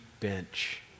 bench